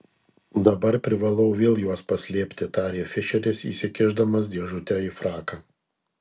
dabar privalau vėl juos paslėpti tarė fišeris įsikišdamas dėžutę į fraką